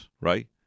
right